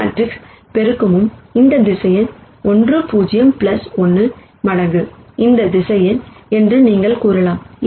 இந்த மேட்ரிக்ஸ் பெருக்கமும் இந்த வெக்டார் 1 0 1 மடங்கு இந்த வெக்டார் என்று நீங்கள் கூறலாம்